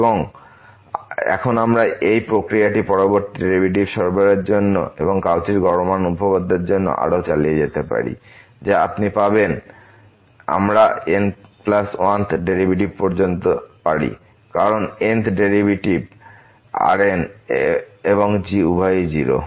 এবং এখন আমরা এই প্রক্রিয়াটি পরবর্তী ডেরিভেটিভ সরবরাহের জন্য এই কাউচির গড় মান উপপাদ্যের জন্য আরও চালিয়ে যেতে পারি যা আপনি পাবেন আমরা n1 th ডেরিভেটিভ পর্যন্ত যেতে পারি কারণ n th ডেরিভেটিভ Rn এবং g উভয়ই 0